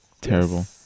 terrible